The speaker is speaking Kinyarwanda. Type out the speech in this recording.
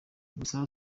gusa